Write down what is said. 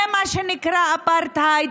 זה מה שנקרא אפרטהייד,